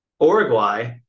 Uruguay